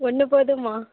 ஒன்று போதும்மா